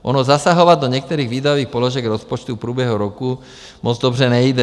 Ono zasahovat do některých výdajových položek rozpočtu v průběhu roku moc dobře nejde.